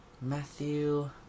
Matthew